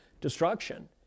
destruction